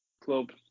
club